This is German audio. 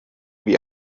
wie